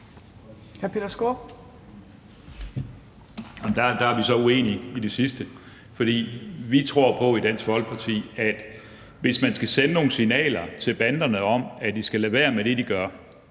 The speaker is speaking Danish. altså i forhold til det sidste. For vi tror på i Dansk Folkeparti, at hvis man skal sende nogle signaler til banderne om, at de skal lade være med det, de gør,